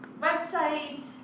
website